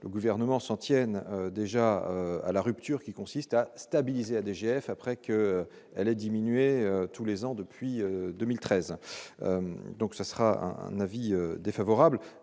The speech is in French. le gouvernement s'en tiennent déjà à la rupture, qui consiste à stabiliser à DGF après qu'elle ait diminué, tous les ans depuis 2013, donc ça sera un un avis défavorable